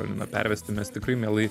na pervesti mes tikrai mielai